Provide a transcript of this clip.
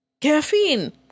Caffeine